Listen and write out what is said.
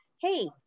hey